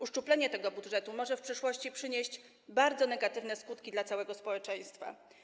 Uszczuplenie tego budżetu może w przyszłości przynieść bardzo negatywne skutki dla całego społeczeństwa.